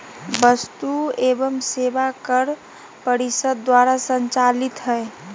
वस्तु एवं सेवा कर परिषद द्वारा संचालित हइ